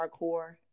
hardcore